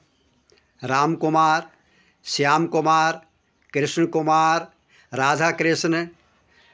Ram Kumar Shyam Kumar Krishna Kumar Radha Krishna